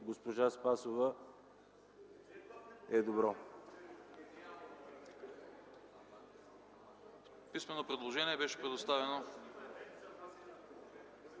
госпожа Спасова е добро.